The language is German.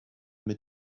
mit